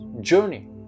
journey